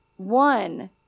One